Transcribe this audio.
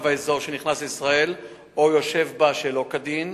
האזור שנכנס לישראל או יושב בה שלא כדין,